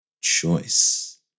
Choice